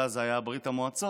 אבל זה היה ברית המועצות,